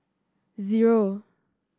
zero